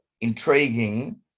intriguing